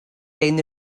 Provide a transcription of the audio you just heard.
lejn